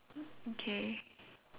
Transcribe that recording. okay